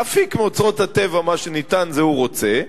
להפיק מאוצרות הטבע מה שניתן, את זה הוא רוצה,